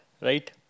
Right